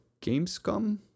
gamescom